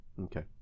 okay